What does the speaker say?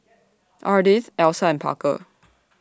Ardith Elsa and Parker